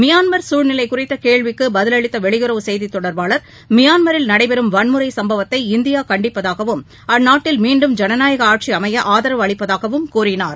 Myanmar சூழ்நிலை குறித்த கேள்விக்கு பதிலளித்த வெளியுறவு செயதித்தொடர்பாளர் மியான்மரில் நடைபெறும் வன்முறை சும்பவத்தை இந்தியா கண்டிப்பதாகவும் அந்நாட்டில் மீண்டும் ஜனநாயக ஆட்சி அமைய ஆதரவு அளிப்பதாகவும் கூறினார்